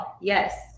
Yes